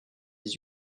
dix